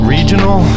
Regional